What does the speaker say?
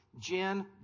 Jen